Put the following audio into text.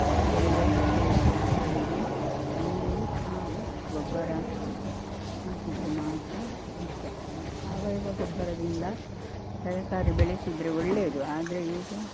ಯಾಕೆಂದರೆ ಸಸ್ಯ ಸಸ್ಯಗಳಿಗೆ ನೀರು ಹಾಗೂ ಗೊಬ್ಬರ ಹಾಕಿದ್ರೆ ಮಾತ್ರ ಮುಖ್ಯ ಅಲ್ಲಿ ಸಾವಯವ ಗೊಬ್ಬರದಿಂದ ತರಕಾರಿ ಬೆಳೆಸಿದರೆ ಒಳ್ಳೆಯದು ಆದರೆ ಈಗ